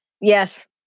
Yes